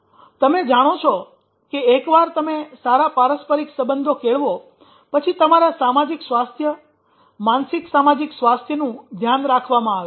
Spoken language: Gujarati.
તમે જાણો છો કે એકવાર તમે સારા પારસ્પરિક સંબંધો કેળવો પછી તમારા સામાજિક સ્વાસ્થ્ય માનસિક સામાજિક સ્વાસ્થ્યનું ધ્યાન રાખવામાં આવે છે